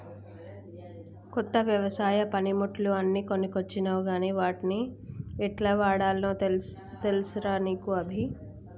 కొత్త వ్యవసాయ పనిముట్లు అన్ని కొనుకొచ్చినవ్ గని వాట్ని యెట్లవాడాల్నో తెలుసా రా నీకు అభి